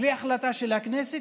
בלי החלטה של הכנסת,